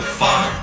far